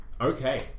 Okay